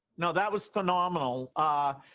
no. that was phenomenal. ah